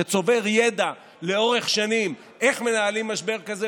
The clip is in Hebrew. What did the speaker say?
שצובר ידע לאורך שנים על איך מנהלים משבר כזה,